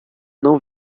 não